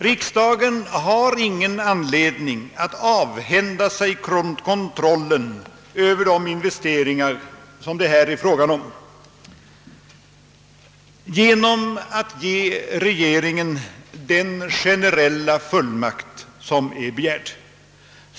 Riksdagen har ingen anledning att avhända sig kontrollen över de investeringar som det här är fråga om genom att ge regeringen den generella fullmakt som är begärd.